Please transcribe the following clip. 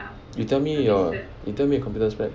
you tell me your you tell me your computer specs